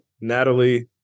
Natalie